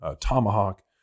tomahawk